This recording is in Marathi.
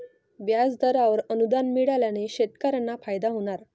व्याजदरावर अनुदान मिळाल्याने शेतकऱ्यांना फायदा होणार